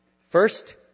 First